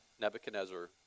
Nebuchadnezzar